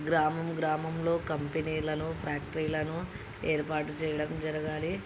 గ్రామం గ్రామంలో కంపెనీలను ఫ్యాక్టరీలను ఏర్పాటు చేయడం జరగాలి